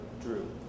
drew